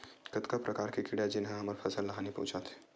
कतका प्रकार के कीड़ा जेन ह हमर फसल ल हानि पहुंचाथे?